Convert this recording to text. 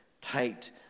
tight